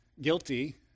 guilty